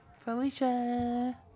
Felicia